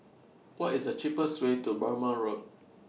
What IS The cheapest Way to Burmah Road